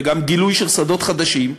וגם גילוי של שדות חדשים,